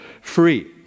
free